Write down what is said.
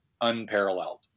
unparalleled